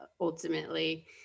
ultimately